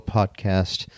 Podcast